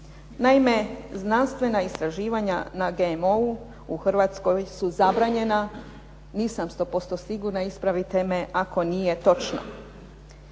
Naime, znanstvena istraživanja na GMO-u u Hrvatskoj su zabranjena. Nisam 100% sigurna, ispravite me ako nije točno.